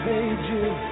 Pages